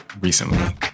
recently